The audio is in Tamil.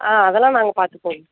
ஆ அதெலாம் நாங்கள் பார்த்துப்போம்